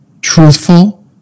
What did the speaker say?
truthful